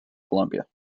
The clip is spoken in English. columbia